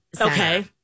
Okay